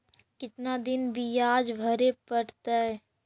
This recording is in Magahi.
कितना दिन बियाज भरे परतैय?